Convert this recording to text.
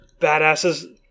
badasses